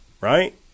right